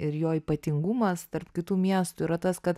ir jo ypatingumas tarp kitų miestų yra tas kad